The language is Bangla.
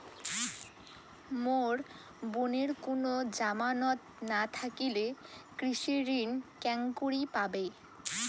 মোর বোনের কুনো জামানত না থাকিলে কৃষি ঋণ কেঙকরি পাবে?